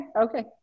okay